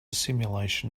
simulation